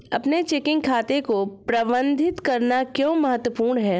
अपने चेकिंग खाते को प्रबंधित करना क्यों महत्वपूर्ण है?